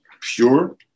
pure